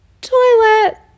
toilet